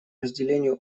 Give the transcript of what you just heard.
разделению